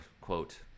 quote